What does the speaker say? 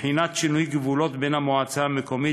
בחינת שינוי גבולות בין המועצה המקומית